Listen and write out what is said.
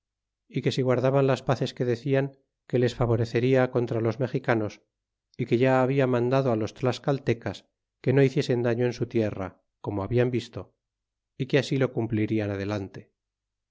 y que si guardaban las paces que decian que les favoreceja contra los mexicanos e que ya babia mandado á los tlascaltecas que no hiciesen daño en su tierra como hablan visto y que así lo cumplirían adelante